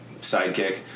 sidekick